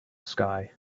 sky